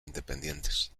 independientes